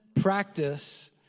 practice